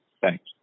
Thanks